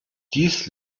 dies